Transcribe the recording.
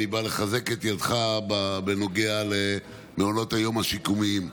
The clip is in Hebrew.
אני בא לחזק את ידך בנוגע למעונות היום השיקומיים.